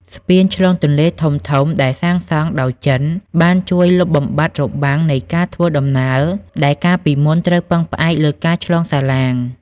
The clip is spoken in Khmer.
ស្ពានឆ្លងទន្លេធំៗដែលសាងសង់ដោយចិន បានជួយលុបបំបាត់របាំងនៃការធ្វើដំណើរដែលកាលពីមុនត្រូវពឹងផ្អែកលើការឆ្លងសាឡាង។